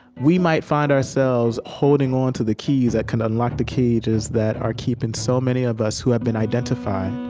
we might find ourselves holding onto the keys that can unlock the cages that are keeping so many of us who have been identified,